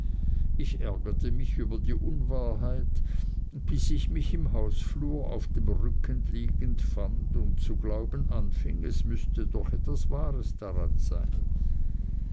ich ärgerte mich über die unwahrheit bis ich mich im hausflur auf dem rücken liegend fand und zu glauben anfing es müßte doch etwas wahres dran sein